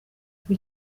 uko